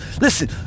Listen